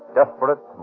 Desperate